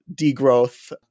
degrowth